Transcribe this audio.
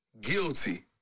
guilty